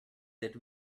that